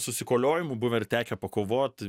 susikoliojimų buvo ir tekę pakovot